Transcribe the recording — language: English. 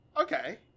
Okay